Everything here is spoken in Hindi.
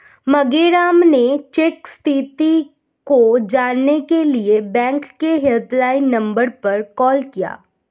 मांगेराम ने चेक स्थिति को जानने के लिए बैंक के हेल्पलाइन नंबर पर कॉल किया